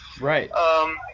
right